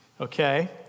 Okay